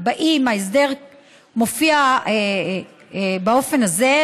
אם ההסדר מופיע באופן הזה,